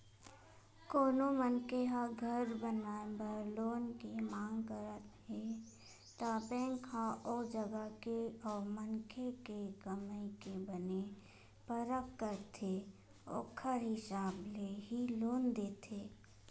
कोनो मनखे ह घर बनाए बर लोन के मांग करत हे त बेंक ह ओ जगा के अउ मनखे के कमई के बने परख करथे ओखर हिसाब ले ही लोन देथे